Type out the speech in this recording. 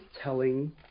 telling